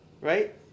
right